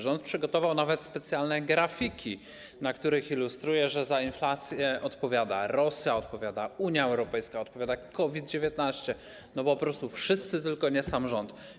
Rząd przygotował nawet specjalne grafiki, na których ilustruje, że za inflację odpowiada Rosja, odpowiada Unia Europejska, odpowiada COVID-19 - po prostu wszyscy, tylko nie sam rząd.